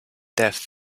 depth